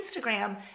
Instagram